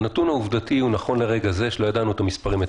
נכון לרגע זה הנתון העובדתי - שלא ידענו אותו אתמול,